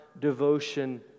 devotion